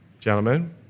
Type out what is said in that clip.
Gentlemen